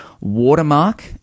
Watermark